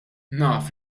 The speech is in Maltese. naf